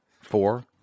four